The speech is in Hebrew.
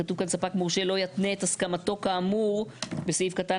כתוב כאן "ספק מורשה לא יתנה את הסכמתו כאמור בסעיף קטן